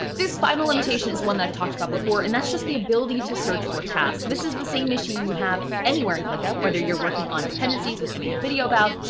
this final limitation is one that i've talked about before, and that's just the ability to search for tasks. this is the same issue you have anywhere in clickup, whether you're working on dependencies, which i made a video about,